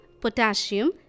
potassium